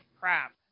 crap